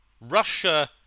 Russia